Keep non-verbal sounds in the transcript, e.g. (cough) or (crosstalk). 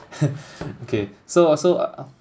(noise) okay so also